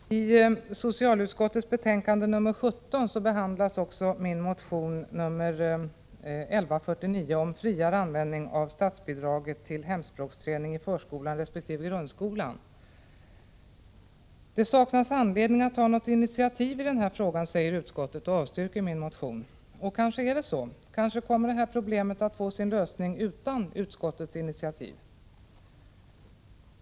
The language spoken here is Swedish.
Herr talman! I socialutskottets betänkande nr 17 behandlas också min motion nr 1149 om friare användning av statsbidraget till hemspråksträning i förskolan resp. grundskolan. Det saknas anledning att ta något initiativ i den här frågan, säger utskottet, och avstyrker min motion. Och kanske är det så, kanske kommer det här problemet att få sin lösning utan utskottets initiativ.